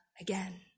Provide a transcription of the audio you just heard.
again